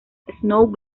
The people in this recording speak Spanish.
snow